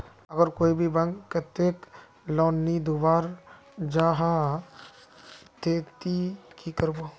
अगर कोई भी बैंक कतेक लोन नी दूध बा चाँ जाहा ते ती की करबो?